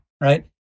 right